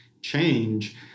change